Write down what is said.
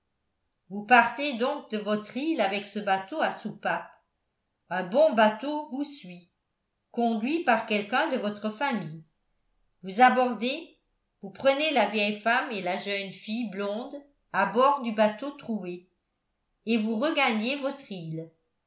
vous partez donc de votre île avec ce bateau à soupape un bon bateau vous suit conduit par quelqu'un de votre famille vous abordez vous prenez la vieille femme et la jeune fille blonde à bord du bateau troué et vous regagnez votre île